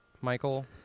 ...Michael